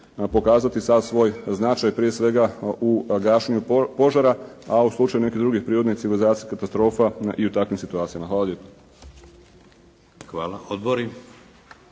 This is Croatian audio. pokazati sav svoj značaj prije svega u gašenju požara, a u slučaju nekih drugih prirodnih civilizacijskih katastrofa i u takvim situacijama. Hvala lijepa. **Šeks,